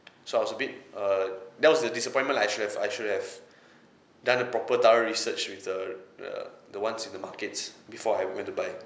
so I was a bit err that was the disappointment lah I should have I should have done a proper thorough research with the the the ones in the markets before I went to buy